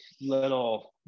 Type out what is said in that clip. little